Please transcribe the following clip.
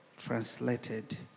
translated